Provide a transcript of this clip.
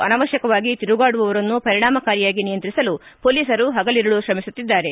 ಅನಾವಶ್ಯಕವಾಗಿ ತಿರುಗಾಡುವವರನ್ನು ಪರಿಣಾಮಕಾರಿಯಾಗಿ ನಿಯಂತ್ರಿಸಲು ಪೊಲೀಸರು ಪಗಲಿರುಳು ತ್ರಮಿಸುತ್ತಿದ್ದಾರೆ